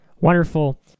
wonderful